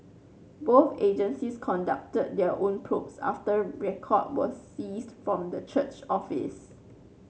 both agencies conducted their own probes after record were seized from the church office